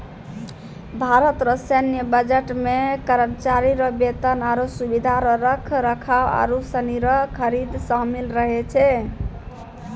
भारत रो सैन्य बजट मे करमचारी रो बेतन, आरो सुबिधा रो रख रखाव आरू सनी रो खरीद सामिल रहै छै